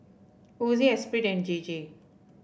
Ozi Esprit and J J